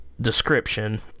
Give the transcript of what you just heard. description